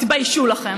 ב-1995